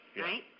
right